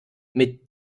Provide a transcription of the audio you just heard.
mit